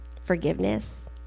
forgiveness